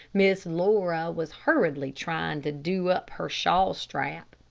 miss laura was hurriedly trying to do up her shawl strap,